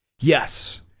Yes